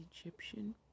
Egyptian